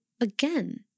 again